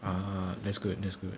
ugh that's good that's good